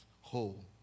whole